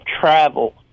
travel